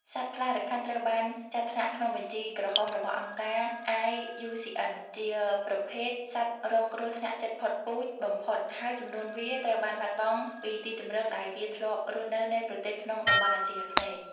សត្វខ្លារខិនត្រូវបានចាត់ថ្នាក់ក្នុងបញ្ជីក្រហមរបស់អង្គការ IUCN ជាប្រភេទសត្វរងគ្រោះថ្នាក់ជិតផុតពូជបំផុត ហើយចំនួនវាត្រូវបានបាត់បង់ពីទីជម្រកដែលវាធ្លាប់រស់នៅនៃប្រទេសក្នុងតំបន់អាស៊ីអាគ្នេយ៍។